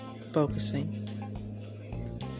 focusing